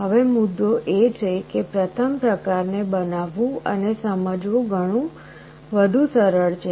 હવે મુદ્દો એ છે કે પ્રથમ પ્રકાર ને બનાવવું અને સમજવું વધુ સરળ છે